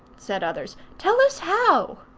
said others. tell us how.